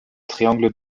triangle